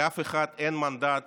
לאף אחד אין מנדט